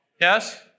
Yes